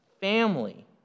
family